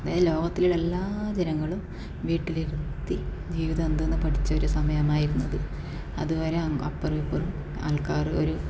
അതായത് ലോകത്തുള്ള എല്ലാ ജനങ്ങളും വീട്ടിലിരുത്തി ജീവിതം എന്തെന്ന് പഠിച്ച ഒരു സമയമായിരുന്നു അത് അതുവരെ അപ്പുറവും ഇപ്പുറവും ആൾക്കാർ ഒരു